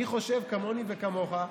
מי חושב כמוני וכמוך,